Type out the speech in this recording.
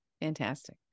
fantastic